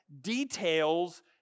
details